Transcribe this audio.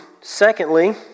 Secondly